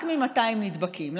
רק מ-200 נדבקים.